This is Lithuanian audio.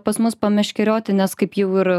pas mus pameškerioti nes kaip jau ir